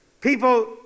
people